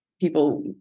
people